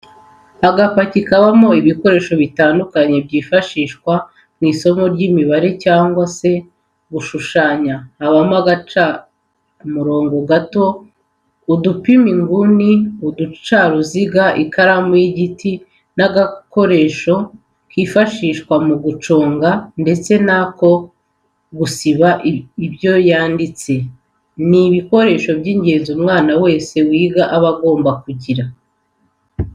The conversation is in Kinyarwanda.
Agapaki kabamo ibikoresho bitandukanye byifashishwa mu isomo ry'imibare cyangwa se mu gushushanya habamo agacamurongo gato, udupima inguni, uducaruziga, ikaramu y'igiti n'agakoresho kifashishwa mu kuyiconga ndetse n'ako gusiba ibyo yanditse, ni ibikoresho by'ingenzi umwana wese wiga aba agomba kugira.